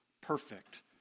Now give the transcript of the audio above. perfect